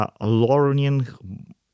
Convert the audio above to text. learning